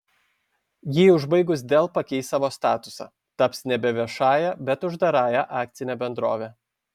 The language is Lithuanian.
jį užbaigus dell pakeis savo statusą taps nebe viešąja bet uždarąja akcine bendrove